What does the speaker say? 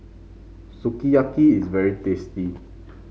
sukiyaki is very tasty